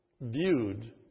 viewed